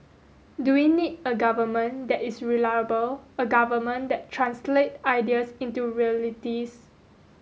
do we need a government that is reliable a government that translate ideas into realities